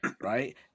Right